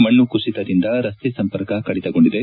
ಮಣ್ಣು ಕುಸಿತದಿಂದ ರಸ್ತೆ ಸಂಪರ್ಕ ಕಡಿತಗೊಂಡಿದೆ